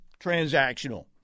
transactional